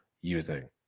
using